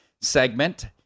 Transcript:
segment